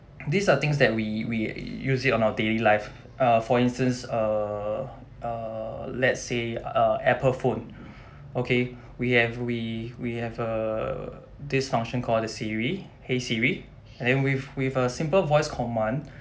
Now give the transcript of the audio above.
these are things that we we use it on our daily life uh for instance uh uh let's say uh Apple phone okay we have we we have a this function call the Siri !hey! Siri and then with with a simple voice command